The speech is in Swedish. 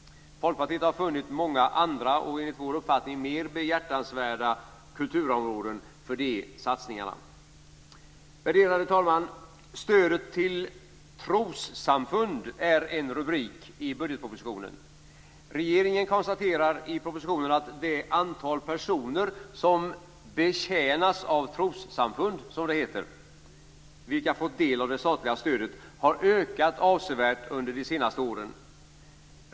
Folkpartiet har funnit många andra - och enligt vår uppfattning mer behjärtansvärda - kulturområden för de satsningarna. Värderade talman! Stöd till trossamfund är en rubrik i budgetpropositionen. Regeringen konstaterar i propositionen att det antal personer som betjänas av trossamfund - som det heter - vilka får del av det statliga stödet har ökat avsevärt under de senaste åren.